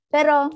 Pero